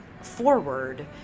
forward